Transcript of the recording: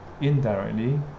indirectly